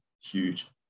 huge